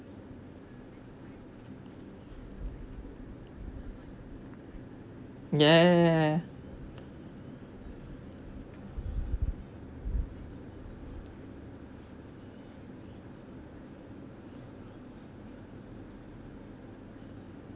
ya